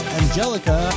Angelica